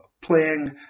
playing